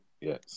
Yes